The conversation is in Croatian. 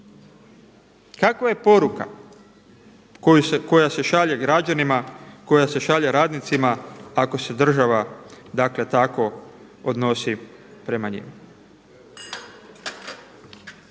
Kakva je poruka koja se šalje građanima, koja se šalje radnicima ako se država dakle tako odnosi prema njima?